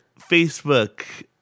Facebook